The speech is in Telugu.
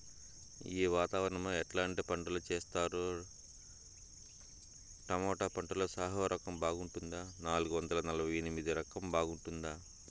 ఈ వాతావరణం లో ఎట్లాంటి పంటలు చేస్తారు? టొమాటో పంటలో సాహో రకం బాగుంటుందా నాలుగు వందల నలభై ఎనిమిది రకం బాగుంటుందా?